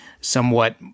somewhat